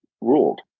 ruled